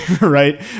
Right